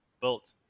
built